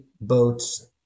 boats